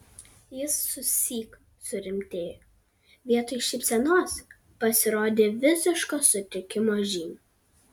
jis susyk surimtėjo vietoj šypsenos pasirodė visiško sutrikimo žymių